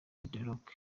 rock